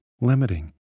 limiting